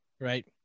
right